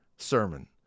sermon